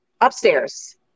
upstairs